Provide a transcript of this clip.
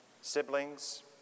siblings